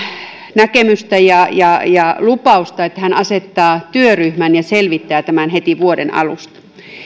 näkemystä ja ja lupausta että hän asettaa työryhmän ja selvittää tämän heti vuoden alusta